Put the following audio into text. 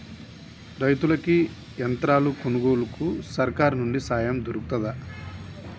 రైతులకి యంత్రాలు కొనుగోలుకు సర్కారు నుండి సాయం దొరుకుతదా?